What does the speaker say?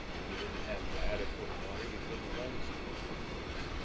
if you didn't have adequate water you couldn't run the steam locomotives.